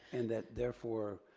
and that therefore,